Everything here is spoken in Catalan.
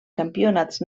campionats